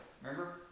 Remember